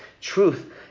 truth